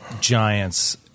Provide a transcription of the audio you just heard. giants